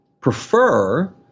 prefer